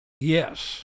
Yes